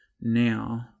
now